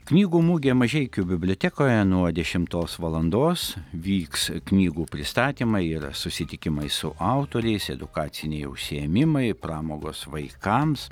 knygų mugė mažeikių bibliotekoje nuo dešimtos valandos vyks knygų pristatymai ir susitikimai su autoriais edukaciniai užsiėmimai pramogos vaikams